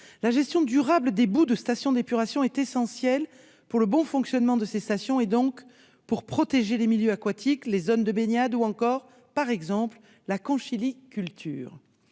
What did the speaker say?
La gestion durable des boues de stations d'épuration est essentielle au bon fonctionnement de ces infrastructures et donc à la protection des milieux aquatiques, des zones de baignade ou encore, par exemple, de la conchyliculture.